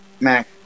Mac